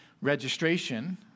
Registration